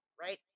Right